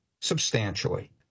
substantially